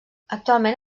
actualment